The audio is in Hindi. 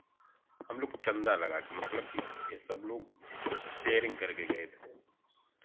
हम लोग चंदा लगाकर मतलब सब लोग शेयरिंग कर के गए थे